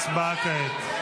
הצבעה כעת.